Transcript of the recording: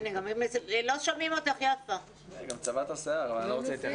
אני רוצה להגיד